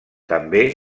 també